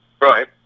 Right